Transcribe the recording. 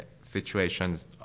situations